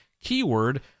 keyword